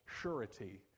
surety